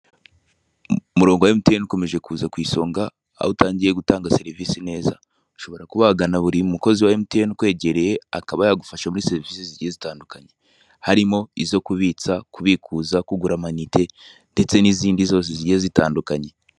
Umurongo wa emutiyeni ukomeje kuza ku isonga aho utangiye gutanga serivise neza, ushoboara kuba wagana buri mukozi wa emutiyeni ukwegereye akaba yagufasha muri serivise zigiye zitandukanye harimo izo kubitsa, kubikuza, kugura amayinite ndetse n'izindi zose zigiye zitandukanye.